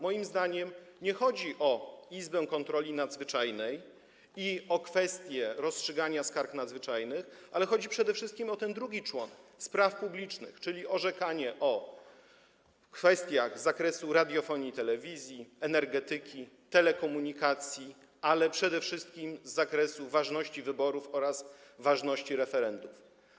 Moim zdaniem nie chodzi o izbę kontroli nadzwyczajnej i o kwestię rozstrzygania skarg nadzwyczajnych, ale przede wszystkim o ten drugi człon: spraw publicznych, czyli orzekanie o kwestiach z zakresu radiofonii i telewizji, energetyki i telekomunikacji, ale przede wszystkim z zakresu ważności wyborów oraz ważności referendów.